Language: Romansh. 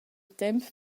temp